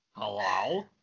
Hello